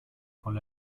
von